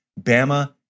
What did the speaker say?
Bama